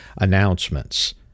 announcements